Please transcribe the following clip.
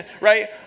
right